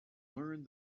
learned